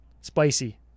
Spicy